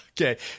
Okay